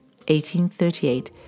1838